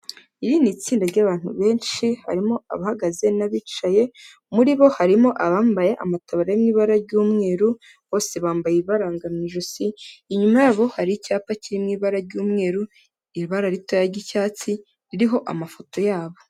Iri ni tsinda ry'abantu benshi, harimo abahagaze n'abicaye, muri bo harimo abambaye amataburiya ari mu ibara ry'umweru, bose bambaye ibibaranga mu ijosi, inyuma yabo hari icyapa kiri mu ibara ry'umweru, ibara ritoya ry'icyatsi ririho amafoto yabo.